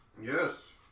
Yes